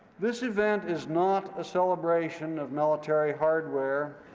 this event is not a celebration of military hardware,